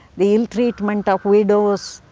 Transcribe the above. the ill treatment of widows,